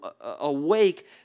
awake